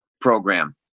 program